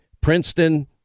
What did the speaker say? Princeton